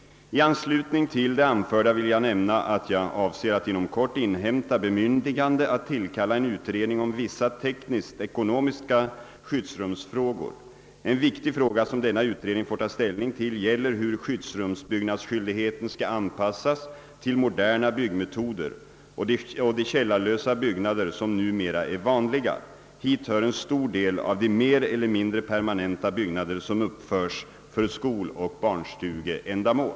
I anslutning till det anförda vill jag nämna, att jag avser att inom kort inhämta bemyndigande att tillkalla en utredning om vissa tekniskt-ekonomiska skyddsrumsfrågor. En viktig fråga som denna utredning får ta ställning till gäller hur skyddsrumsbyggnadsskyldigheten skall anpassas till moderna byggmetoder och de källarlösa byggnader som numera är vanliga. Hit hör en stor del av de mer eller mindre permanenta byggnader som uppförs för skoloch barnstugeändamål.